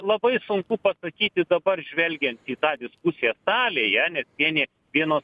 labai sunku pasakyti dabar žvelgiant į tą diskusiją salėje nes vieni vienos